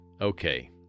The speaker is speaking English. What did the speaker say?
Okay